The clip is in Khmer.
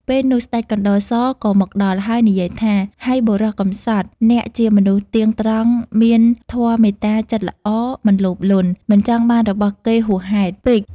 ពេលនោះ ស្តេចកណ្តុរសក៏មកដល់ ហើយនិយាយថា ហៃបុរស កំសត់ !អ្នកជាមនុស្សទៀងត្រង់មានធម៌មេត្តា ចិត្តល្អ មិនលោភលន់ មិនចង់បានរបស់គេហួសពេក ។